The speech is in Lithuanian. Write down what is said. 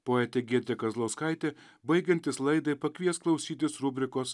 poetė giedrė kazlauskaitė baigiantis laidai pakvies klausytis rubrikos